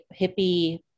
hippie